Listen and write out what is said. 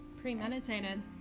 Premeditated